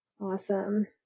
Awesome